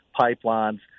pipelines